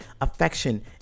affection